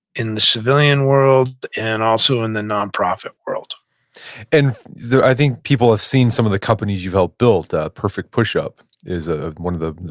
in the civilian world, and also in the nonprofit world and i think people have seen some of the companies you've helped build. ah perfect pushup is ah one of the,